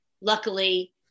luckily